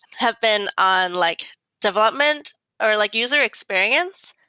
have been on like development or like user experience.